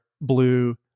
blue